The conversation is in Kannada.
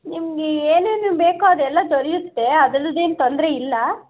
ನಿಮಗೆ ಏನೇನು ಬೇಕೋ ಅದೆಲ್ಲ ದೊರೆಯುತ್ತೆ ಅದರದೇನೂ ತೊಂದರೆ ಇಲ್ಲ